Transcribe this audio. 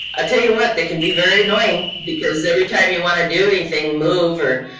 ah tell you what, they can be very annoying because every time you want to do anything, move or,